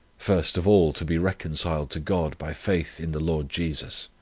first of all to be reconciled to god by faith in the lord jesus.